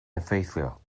effeithiol